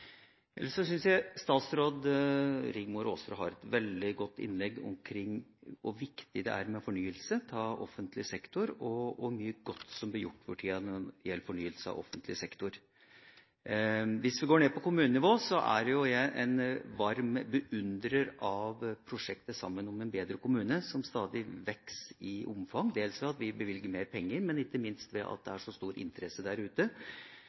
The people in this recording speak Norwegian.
Ellers syns jeg statsråd Rigmor Aasrud hadde et veldig godt innlegg omkring hvor viktig det er med fornyelse av offentlig sektor, og hvor mye godt som blir gjort for tida når det gjelder fornyelse av offentlig sektor. Hvis vi går ned på kommunenivå, er jo jeg en varm beundrer av prosjektet Sammen om en bedre kommune, som stadig vokser i omfang, dels ved at vi bevilger mer penger, men ikke minst ved at det er så stor interesse der ute